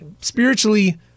spiritually